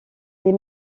les